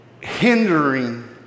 hindering